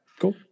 Cool